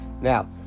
Now